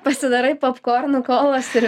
pasidarai popkornų kolos ir